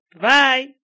Bye